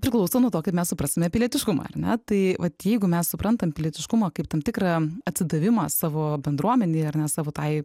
priklauso nuo to kaip mes suprasime pilietiškumą ar ne tai vat jeigu mes suprantam pilietiškumą kaip tam tikrą atsidavimą savo bendruomenei ar ne savo tai